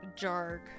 jarg